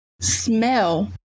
smell